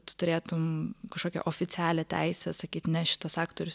tu turėtum kažkokią oficialią teisę sakyt ne šitas aktorius